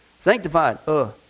Sanctified